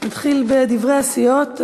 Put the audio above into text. נתחיל בדברי הסיעות.